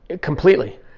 Completely